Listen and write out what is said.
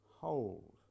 hold